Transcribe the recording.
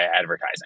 advertising